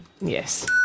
Yes